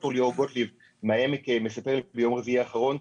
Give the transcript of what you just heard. ד"ר ליאור גוטליב מהעמק מספר לי ביום רביעי האחרון,